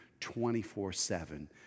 24-7